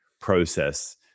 process